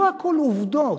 לא הכול עובדות.